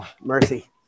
mercy